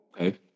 Okay